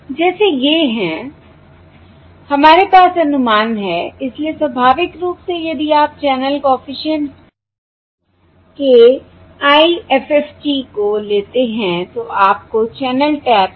जैसे ये हैं हमारे पास अनुमान हैं इसलिए स्वाभाविक रूप से यदि आप चैनल कॉफिशिएंट्स के IFFT को लेते हैं तो आपको चैनल टैप्स वापस मिल जाते हैं